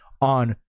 on